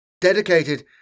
dedicated